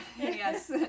Yes